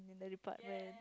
and the department